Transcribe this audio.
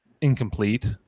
incomplete